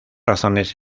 razones